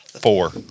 Four